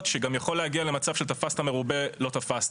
מאוד שגם יכול להגיע למצב שתפסת מרובה לא תפסת.